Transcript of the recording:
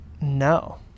No